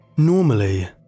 Normally